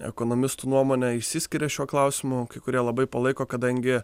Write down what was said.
ekonomistų nuomonė išsiskiria šiuo klausimu kai kurie labai palaiko kadangi